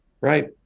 right